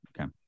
Okay